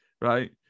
right